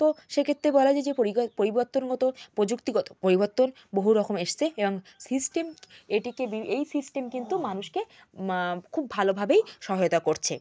তো সেক্ষেত্রে বলা যায় যে পরিবর্তনগত প্রযুক্তিগত পরিবর্তন বহু রকম এসেছে এবং সিস্টেম এটিকে এই সিস্টেম কিন্তু মানুষকে খুব ভালোভাবেই সহায়তা করছে